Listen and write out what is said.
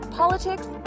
politics